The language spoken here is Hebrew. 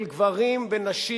של גברים ונשים,